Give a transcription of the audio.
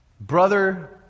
Brother